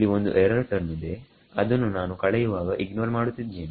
ಇಲ್ಲಿ ಒಂದು error term ಇದೆ ಅದನ್ನು ನಾನು ಕಳೆಯುವಾಗ ಇಗ್ನೋರ್ ಮಾಡುತ್ತಿದ್ದೇನೆ